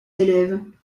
élèves